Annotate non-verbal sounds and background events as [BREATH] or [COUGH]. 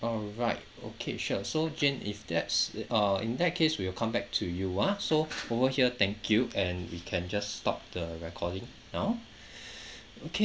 alright okay sure so jane if that's uh in that case we will come back to you ah so over here thank you and we can just stop the recording now [BREATH] okay